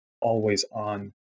always-on